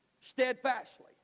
steadfastly